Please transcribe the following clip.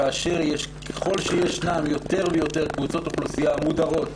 שככל שיש יותר ויותר קבוצות אוכלוסייה מודרות